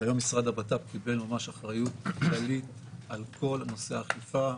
היום המשרד לבט"פ קיבל אחריות כללית על כל נושא האכיפה,